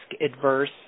adverse